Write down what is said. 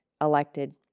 elected